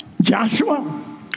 Joshua